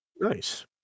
Nice